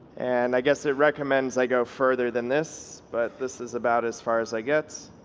and i guess it recommends i go further than this, but this is about as far as i get.